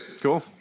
Cool